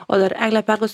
o dar egle perklausiu